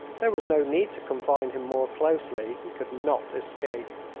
there was no need to confine him more closely. he could not escape.